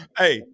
hey